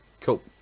Cool